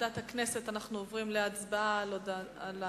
ועדת הכנסת, אנחנו עוברים להצבעה על הצעתו.